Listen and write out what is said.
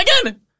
again